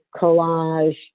collage